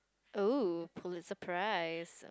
oh Pulitzer Prize